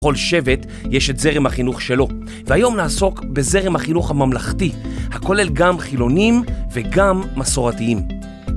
כל שבט יש את זרם החינוך שלו, והיום נעסוק בזרם החינוך הממלכתי, הכולל גם חילונים וגם מסורתיים.